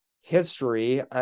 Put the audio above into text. history